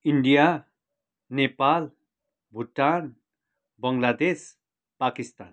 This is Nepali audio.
इन्डिया नेपाल भुटान बङ्गलादेश पाकिस्तान